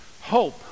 Hope